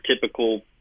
typical